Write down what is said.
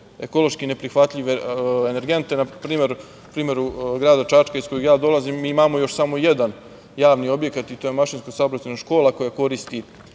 ekološki neprihvatljive energente, na primer grad Čačak iz kojeg ja dolazim, mi imamo još samo jedan i to je javni objekat, Mašinsko saobraćajna škola, koja koristi